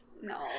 No